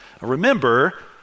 Remember